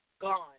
gone